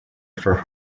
for